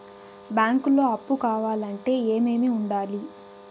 బ్యాంకులో అప్పు కావాలంటే ఏమేమి ఉండాలి?